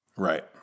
Right